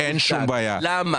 למה?